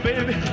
Baby